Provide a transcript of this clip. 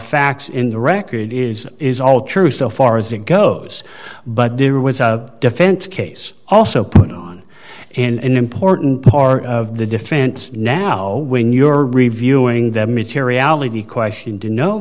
facts in the record is is all true so far as it goes but there was a defense case also put on an important part of the defense now when you're reviewing them materiality question do no